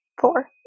Four